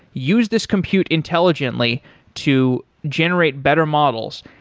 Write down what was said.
use this compute intelligently to generate better models,